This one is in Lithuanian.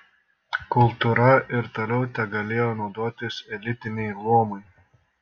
kultūra ir toliau tegalėjo naudotis elitiniai luomai